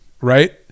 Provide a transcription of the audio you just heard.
right